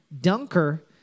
dunker